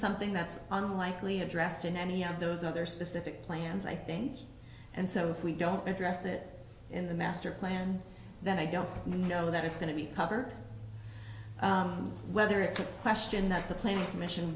something that's unlikely addressed in any of those other specific plans i think and so if we don't address it in the master plan that i don't know that it's going to be covered whether it's a question that the planning commission